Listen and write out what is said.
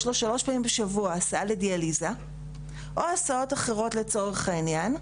יש לו שלוש פעמים בשבוע הסעה לדיאליזה או הסעות אחרות לצורך העניין,